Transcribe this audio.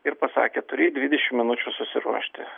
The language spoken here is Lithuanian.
ir pasakė turi dvidešim minučių susiruošti